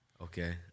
Okay